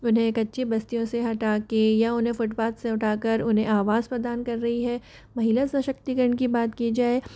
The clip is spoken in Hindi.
उन्हें कच्ची बस्तियों से हटा के या उन्हें फुटपाथ से उठाकर उन्हें आवास प्रदान कर रही है महिला सशक्तिकरण की बात की जाए